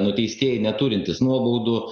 nuteistieji neturintys nuobaudų